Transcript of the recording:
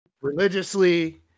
religiously